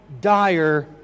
dire